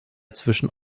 zwischen